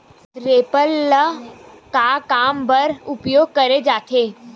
Reaper ल का काम बर उपयोग करे जाथे?